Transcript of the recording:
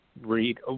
read